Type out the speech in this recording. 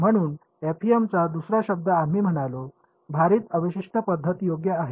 म्हणून एफईएम चा दुसरा शब्द आम्ही म्हणालो भारित अवशिष्ट पद्धत योग्य आहे